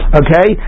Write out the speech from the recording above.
okay